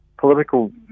political